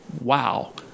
wow